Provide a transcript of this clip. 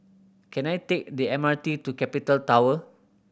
can I take the M R T to Capital Tower